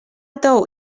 tou